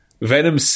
Venom